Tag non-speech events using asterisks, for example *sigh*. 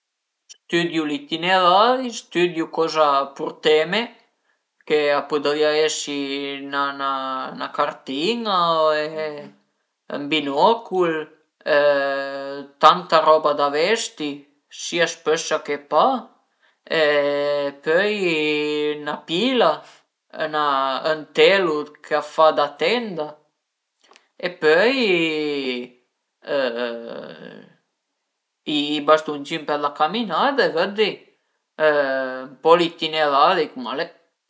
Stüdiu l'itinerari, stüdiu coza purteme che a pudrìa esi 'na 'na cartin-a e ël binocul, tanta roba da vesti sia spëssa che pa e pöi 'na pila, ën telu ch'a fa da tenda e pöi *hesitation* i bastuncin për la caminada e vëddi ën po l'itinerari cum al e